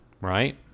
right